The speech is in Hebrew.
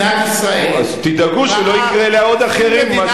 אז תדאגו שלא יקרה לעוד אחרים מה שקרה.